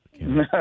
No